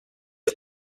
are